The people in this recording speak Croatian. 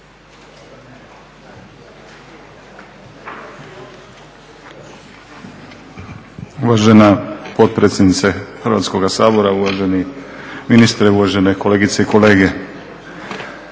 Uvažena potpredsjednice Hrvatskoga sabora, uvaženi ministre, uvažene kolegice i kolege.